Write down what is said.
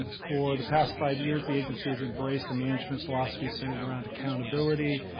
for the past five years, the agency has embraced a management philosophy centered around accountability,